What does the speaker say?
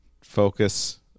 focus